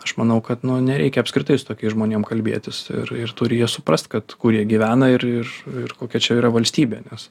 aš manau kad nu nereikia apskritai su tokiais žmonėm kalbėtis ir ir turi jie suprast kad kurie jie gyvena ir ir kokia čia yra valstybė nes